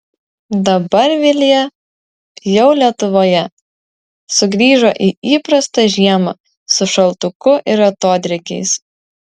dabar vilija jau lietuvoje sugrįžo į įprastą žiemą su šaltuku ir atodrėkiais